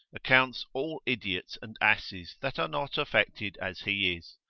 accounts all idiots and asses that are not affected as he is,